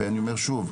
ואני אומר שוב,